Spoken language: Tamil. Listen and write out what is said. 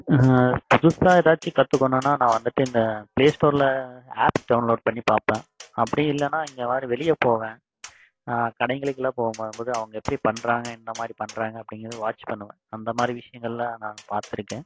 புதுசாக எதாச்சும் கற்றுக்கணும்னா நான் வந்துட்டு இந்த பிளேஸ்டோரில் ஆப்ஸ் டவுன்லோட் பண்ணி பார்ப்பேன் அப்படியும் இல்லைனா எங்கேயாது வெளியே போவேன் கடைங்களுக்குலாம் போகும் போகும்போது அவங்க எப்படி பண்றாங்க என்ன மாதிரி பண்றாங்க அப்படிங்கிறத வாட்ச் பண்ணுவேன் அந்த மாதிரி விஷயங்கள்லாம் நான் பார்த்துருக்கேன்